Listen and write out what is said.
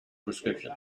prescription